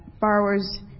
borrowers